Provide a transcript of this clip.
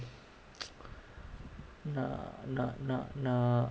nak nak nak nak